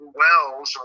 wells